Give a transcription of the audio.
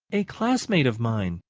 a classmate of mine.